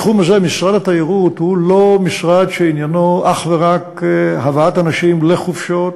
בתחום הזה משרד התיירות הוא לא משרד שעניינו אך ורק הבאת אנשים לחופשות,